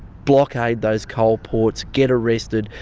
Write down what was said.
blockade those coal ports, get arrested.